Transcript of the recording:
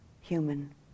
human